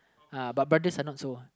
uh but brothers are not so uh